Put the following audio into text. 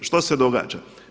Što se događa?